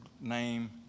name